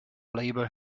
labour